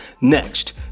next